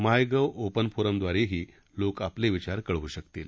MyGov open फोरमव्वारेही लोक आपले विचार कळवू शकतील